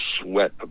sweat